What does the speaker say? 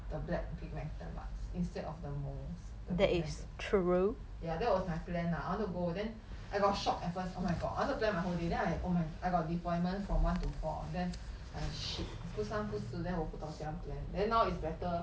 the black pigmented marks instead of the moles the pigment true yeah that was my plan lah I want to go then I got shocked at first oh my god I want to plan my whole day then I oh my I got deployment from one to four then like shit 不三不四 then 我不懂怎样 plan then now is better